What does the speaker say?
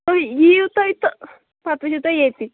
یِیُو تُہۍ تہٕ پتہٕ وچھُو تُہۍ ییٚتی